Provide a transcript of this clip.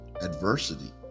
adversity